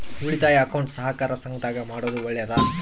ಉಳಿತಾಯ ಅಕೌಂಟ್ ಸಹಕಾರ ಸಂಘದಾಗ ಮಾಡೋದು ಒಳ್ಳೇದಾ?